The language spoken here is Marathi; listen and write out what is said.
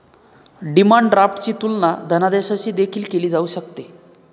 डिमांड ड्राफ्टची तुलना धनादेशाशी देखील केली जाऊ शकते